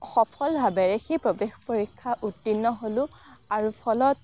সফল ভাৱেৰে সেই প্ৰবেশ পৰিক্ষা উত্তীৰ্ণ হ'লোঁ আৰু ফলত